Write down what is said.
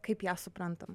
kaip ją suprantam